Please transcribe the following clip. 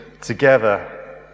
together